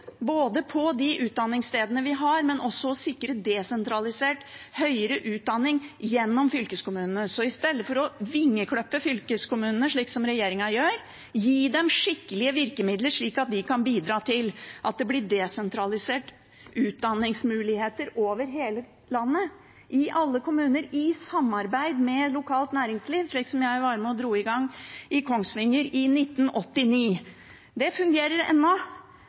både på de utdanningsstedene vi har, og gjennom å sikre desentralisert høyere utdanning gjennom fylkeskommunene. Så i stedet for å vingeklippe fylkeskommunene, slik regjeringen gjør: Gi dem skikkelige virkemidler, slik at de kan bidra til at det blir desentraliserte utdanningsmuligheter over hele landet, i alle kommuner, i samarbeid med lokalt næringsliv – slik som det jeg var med og dro i gang i Kongsvinger i 1989. Det fungerer ennå,